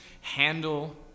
handle